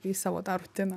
jį į savo tą rutiną